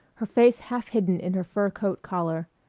her face half hidden in her fur coat collar,